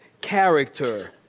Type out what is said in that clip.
character